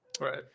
right